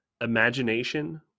Imagination